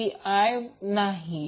ती बरोबर I नाही 0